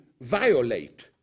violate